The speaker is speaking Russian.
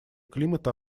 климата